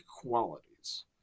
qualities